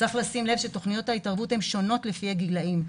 צריך לשים לב שתוכניות ההתערבות הן שונות לפי הגילאים.